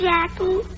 Jackie